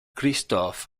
christoph